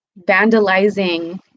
vandalizing